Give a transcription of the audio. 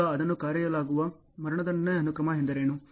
ಈಗ ಅದನ್ನು ಕರೆಯಲಾಗುವ ಮರಣದಂಡನೆ ಅನುಕ್ರಮ ಎಂದರೇನು